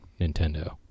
Nintendo